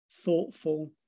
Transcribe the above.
thoughtful